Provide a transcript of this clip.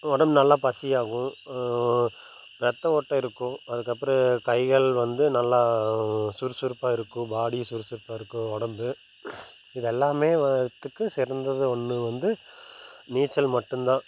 உடம்பு நல்லா பசியாவும் ரத்த ஓட்டம் இருக்கும் அதுக்கப்புறம் கைகள் வந்து நல்லா சுறுசுறுப்பாக இருக்கும் பாடியும் சுறுசுறுப்பாக இருக்கும் உடம்பு இது எல்லாமேத்துக்கு சிறந்தது ஒன்று வந்து நீச்சல் மட்டும் தான்